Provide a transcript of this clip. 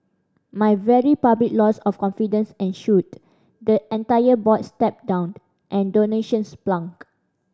my very public loss of confidence ensued the entire board stepped down and donations plunged